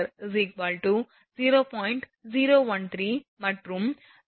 013 m மற்றும் V0 150